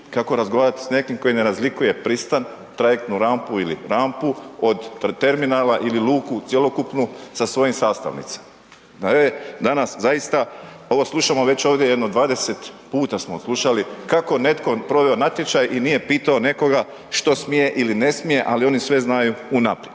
kako razgovarati s nekim tko ne razlikuje pristan, trajektnu rampu ili rampu od terminala ili luku cjelokupnu sa svojim sastavnica, da je danas zaista, ovo slušamo već ovdje jedno 20 puta smo odslušali kako netko proveo je natječaj i nije pitao nekoga što smije ili ne smije, ali oni sve znaju unaprijed.